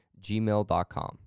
gmail.com